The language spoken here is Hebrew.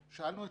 שאלון.